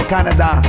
Canada